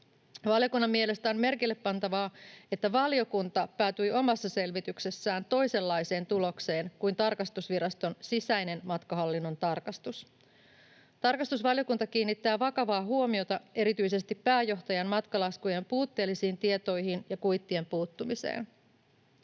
Valiokunnan mielestä on merkille pantavaa, että valiokunta päätyi omassa selvityksessään toisenlaiseen tulokseen kuin tarkastusviraston sisäinen matkahallinnon tarkastus. Tarkastusvaliokunta kiinnittää vakavaa huomiota erityisesti pääjohtajan matkalaskujen puutteellisiin tietoihin ja kuittien puuttumiseen.